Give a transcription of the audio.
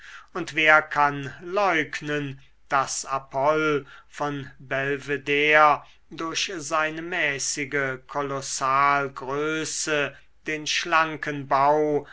und wer kann leugnen daß apoll von belvedere durch seine mäßige kolossalgröße den schlanken bau